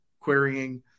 querying